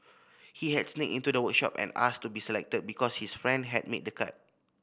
he had sneaked into the workshop and asked to be selected because his friend had made the cut